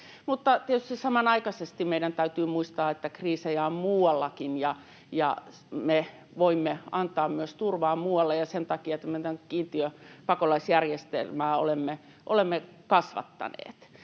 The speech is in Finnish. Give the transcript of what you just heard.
samanaikaisesti meidän täytyy muistaa, että kriisejä on muuallakin ja me voimme myös antaa turvaa muualla, ja sen takia tätä kiintiöpakolaisjärjestelmää olemme kasvattaneet.